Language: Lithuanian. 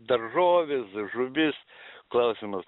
daržovės žuvis klausimas